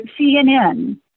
CNN